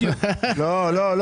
לא.